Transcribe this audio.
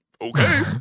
Okay